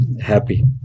happy